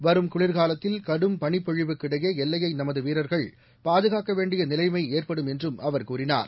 வரும் குளிர்காலத்தில் கடும் பளிப்பொழிவுக்கிடடயே எல்லையை நமது வீரர்கள் பாதுகாக்க வேண்டிய நிலைம் ஏற்படும் என்றும் அவர் கூறினார்